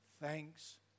thanks